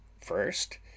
first